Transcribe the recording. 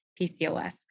PCOS